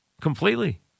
Completely